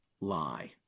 lie